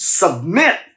submit